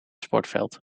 sportveld